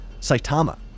Saitama